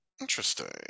Interesting